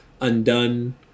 Undone